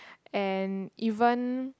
and even